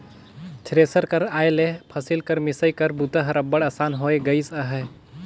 thresher कर आए ले फसिल कर मिसई कर बूता हर अब्बड़ असान होए गइस अहे